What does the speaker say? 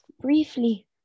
Briefly